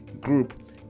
group